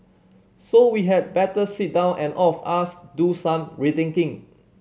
so we had better sit down and all of us do some rethinking